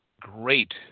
great